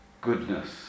goodness